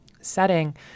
setting